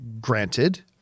Granted